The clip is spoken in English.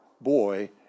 boy